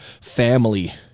family